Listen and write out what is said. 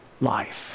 life